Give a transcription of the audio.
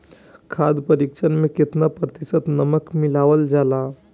खाद्य परिक्षण में केतना प्रतिशत नमक मिलावल जाला?